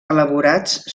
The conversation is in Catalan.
elaborats